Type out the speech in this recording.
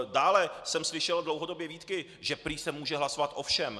Dále jsem slyšel dlouhodobě výtky, že prý se může hlasovat o všem.